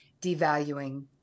devaluing